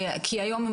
היום הם